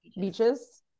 Beaches